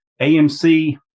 AMC